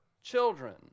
children